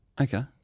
Okay